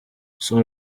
saul